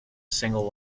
single